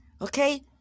okay